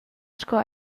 sco